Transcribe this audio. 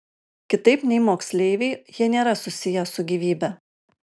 kitaip nei moksleiviai jie nėra susiję su gyvybe